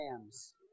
lambs